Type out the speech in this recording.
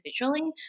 individually